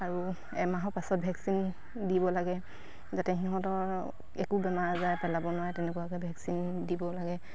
আৰু এমাহৰ পাছত ভেকচিন দিব লাগে যাতে সিহঁতৰ একো বেমাৰ আজাৰে পেলাব নোৱাৰে তেনেকুৱাকে ভেকচিন দিব লাগে